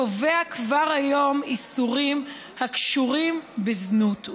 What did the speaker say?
קובע כבר היום איסורים הקשורים בזנות,